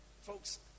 folks